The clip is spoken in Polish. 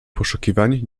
poszukiwań